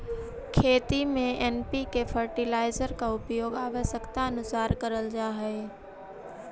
खेती में NPK fertiliser का उपयोग आवश्यकतानुसार करल जा हई